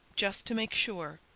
just to make sure,